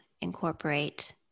incorporate